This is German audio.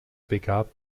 begab